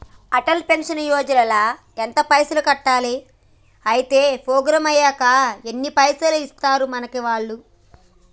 Atal pension Yojana ల ఎంత పైసల్ కట్టాలి? అత్తే ప్రోగ్రాం ఐనాక ఎన్ని పైసల్ ఇస్తరు మనకి వాళ్లు?